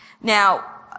Now